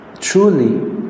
truly